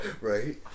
Right